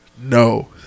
no